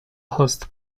host